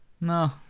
No